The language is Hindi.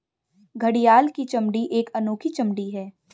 घड़ियाल की चमड़ी एक अनोखी चमड़ी है